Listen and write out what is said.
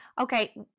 Okay